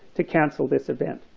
to cancel this event.